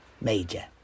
major